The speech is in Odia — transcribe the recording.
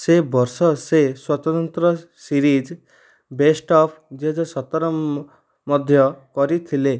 ସେ ବର୍ଷ ଶେଷ ସ୍ୱତନ୍ତ୍ର ସିରିଜ୍ ବେଷ୍ଟ୍ ଅଫ୍ ଦୁଇହଜାର ସତର ମଧ୍ୟ କରିଥିଲେ